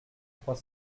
trois